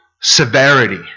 severity